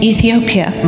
Ethiopia